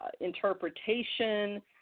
interpretation